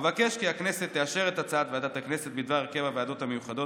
אבקש כי הכנסת תאשר את הצעת ועדת הכנסת בדבר הרכב הוועדות המיוחדות